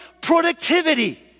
productivity